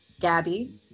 Gabby